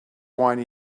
wine